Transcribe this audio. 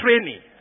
training